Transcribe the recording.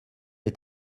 est